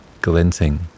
glinting